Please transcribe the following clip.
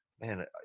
man